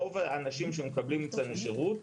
רוב האנשים שמקבלים אצלנו שרות,